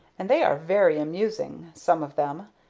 and they are very amusing some of them.